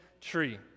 tree